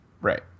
Right